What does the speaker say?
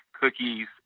cookies